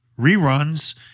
reruns